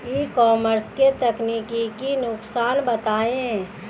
ई commerce के तकनीकी नुकसान बताएं?